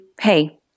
hey